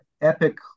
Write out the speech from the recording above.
epic